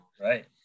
right